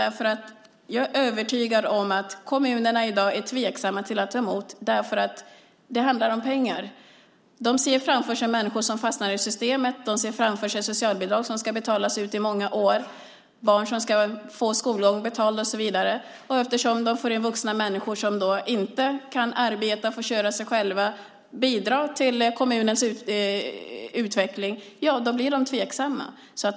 Jag är övertygad om att kommunerna i dag är tveksamma till att ta emot flyktingar eftersom det handlar om pengar. De ser framför sig människor som fastnar i systemet. De ser framför sig socialbidrag som ska betalas ut i många år, barn som ska ha skolgången betald och så vidare. Eftersom de därmed får in vuxna som inte kan arbeta, försörja sig själva och bidra till kommunens utveckling blir de tveksamma.